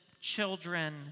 children